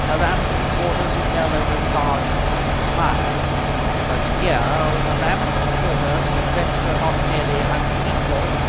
a ramsden waters who fell over his large feet and perspired but here was a ramsden waters who addressed her not merely as an equal,